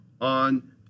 on